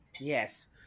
Yes